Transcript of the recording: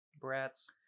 brats